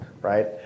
right